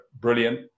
brilliant